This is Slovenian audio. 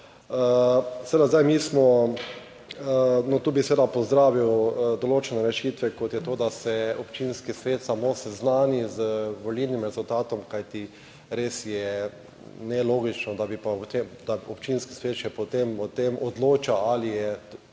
zdaj mi smo, tu bi seveda pozdravil določene rešitve, kot je to, da se občinski svet samo seznani z volilnim rezultatom, kajti res je nelogično, da bi pa v tem, da občinski svet še potem o tem odloča, ali je